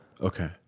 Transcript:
Okay